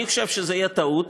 אני חושב שזו תהיה טעות.